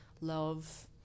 love